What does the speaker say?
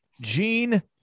gene